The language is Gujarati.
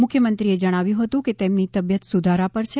મુખ્યમંત્રીએ જણાવ્યું હતું કે તેમની તબિયત સુધારા પર છે